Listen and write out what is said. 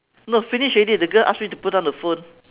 no finish already the girl ask me to put down the phone